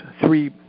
three